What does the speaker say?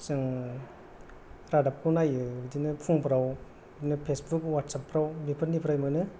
जोङो रादाबखौ नायो बिदिनो फुं फोराव बिदिनो फेसबुक वात्सएप फ्राव बेफोरनिफ्राय मोनो